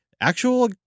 Actual